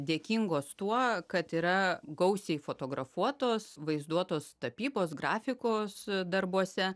dėkingos tuo kad yra gausiai fotografuotos vaizduotos tapybos grafikos darbuose